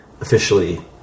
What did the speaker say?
officially